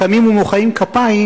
קמים ומוחאים כפיים,